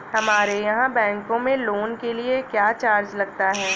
हमारे यहाँ बैंकों में लोन के लिए क्या चार्ज लगता है?